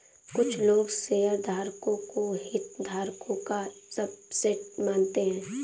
कुछ लोग शेयरधारकों को हितधारकों का सबसेट मानते हैं